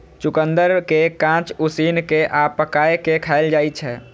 चुकंदर कें कांच, उसिन कें आ पकाय कें खाएल जाइ छै